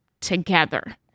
together